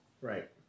right